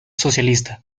socialista